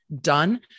done